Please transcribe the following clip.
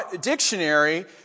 Dictionary